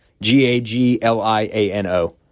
G-A-G-L-I-A-N-O